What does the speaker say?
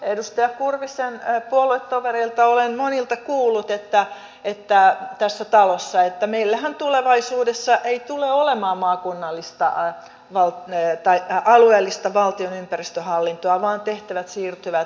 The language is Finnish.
edustaja kurvisen puoluetovereilta olen monilta kuullut tässä talossa että meillähän tulevaisuudessa ei tule olemaan alueellista valtion ympäristöhallintoa vaan tehtävät siirtyvät maakunnille